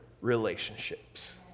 relationships